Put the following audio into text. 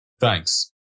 Thanks